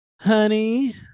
Honey